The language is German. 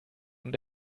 und